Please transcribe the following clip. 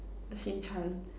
Shin-Chan